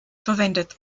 verwendet